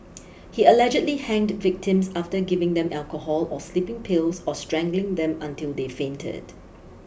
he allegedly hanged victims after giving them alcohol or sleeping pills or strangling them until they fainted